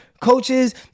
Coaches